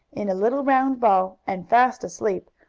in a little round ball, and fast asleep,